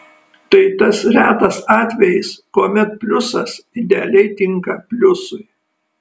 tai tas retas atvejis kuomet pliusas idealiai tinka pliusui